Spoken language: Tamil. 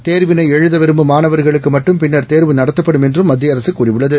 தோவினை எழுத விரும்பும் மாணவர்களுக்கு மட்டும் பின்னர் தோவு நடத்தப்படும் என்றும் மத்திய அரசு கூறியுள்ளது